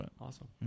Awesome